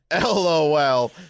LOL